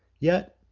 yet,